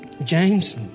James